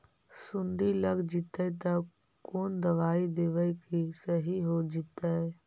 सुंडी लग जितै त कोन दबाइ देबै कि सही हो जितै?